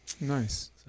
Nice